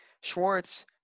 Schwartz